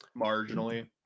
marginally